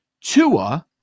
Tua